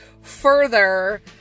further